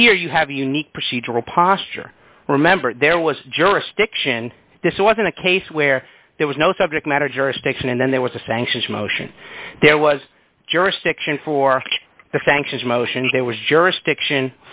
here you have a unique procedural posture remember there was jurisdiction this wasn't a case where there was no subject matter jurisdiction and then there was a sanctions motion there was jurisdiction for the sanctions motions there was jurisdiction